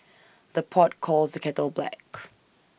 the pot calls the kettle black